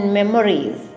memories